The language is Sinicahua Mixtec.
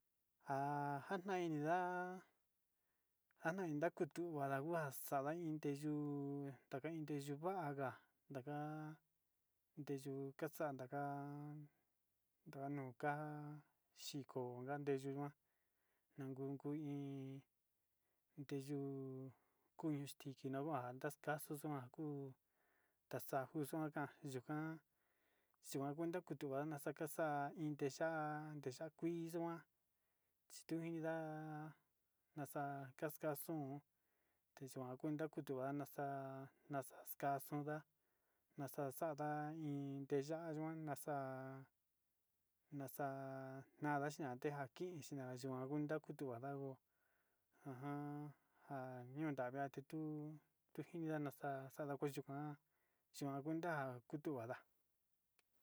Ha'a njana'a ininda njainida kutu kuandahuax xada inte yuu taka ndeyu vangá ndaka ndeyuu kaxan ndaka'a ndanuu ka'a xhiko kandeyu nuá ngun nguu iin ndeyuu kuu ixtiki nahua kuyuu kaxo xón, kua kuu taxajo xanja yukan xua kuenta nduku njuana xaka xa'a inte ya'á ante ya'á ixma'a tuu inida'a xa'a xakanxun teyua kuenta kutu nga'a tuanaxa naxa xa'a xuu nda'a naxaxada iin teya'á yuan xa'a naxa'a nada tenja texa nakii yikuan kunda kutu kuanda hó annja ño'o tundavi tetuu tenjiña naxa'a xada ndejen nda nangunda kutu kuanda.